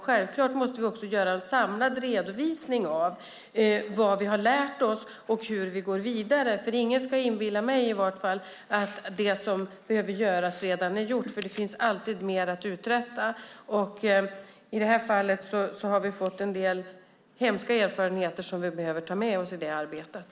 Självklart måste vi göra en samlad redovisning av vad vi har lärt oss och hur vi går vidare. Ingen ska inbilla mig i vart fall att det som behöver göras redan är gjort, för det finns alltid mer att uträtta. I det här fallet har vi fått en del hemska erfarenheter som vi behöver ta med oss i det arbetet.